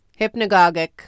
hypnagogic